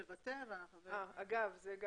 אגב, גם